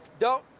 don't